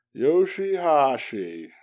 Yoshihashi